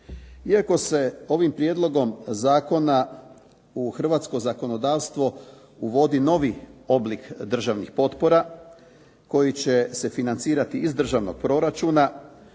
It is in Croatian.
Iako se ovim prijedlogom zakona u hrvatsko zakonodavstvo uvodi novi oblik državnih potpora koji će se financirati iz državnog proračuna,